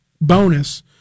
bonus